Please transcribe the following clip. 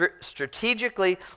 strategically